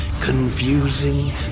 Confusing